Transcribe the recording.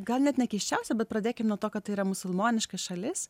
gal net ne keisčiausia bet pradėkim nuo to kad tai yra musulmoniška šalis